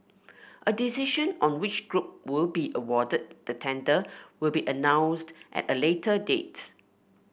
a decision on which group will be awarded the tender will be announced at a later date